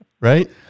Right